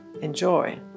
Enjoy